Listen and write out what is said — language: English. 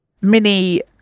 mini